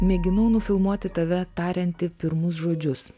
mėginau nufilmuoti tave tariantį pirmus žodžius